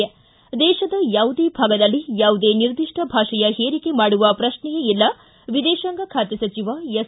್ತು ದೇಶದ ಯಾವುದೇ ಭಾಗದಲ್ಲಿ ಯಾವುದೇ ನಿರ್ದಿಷ್ಟ ಭಾಷೆಯ ಹೇರಿಕೆ ಮಾಡುವ ಪ್ರಶ್ನೆಯೇ ಇಲ್ಲ ವಿದೇಶಾಂಗ ಖಾತೆ ಸಚಿವ ಎಸ್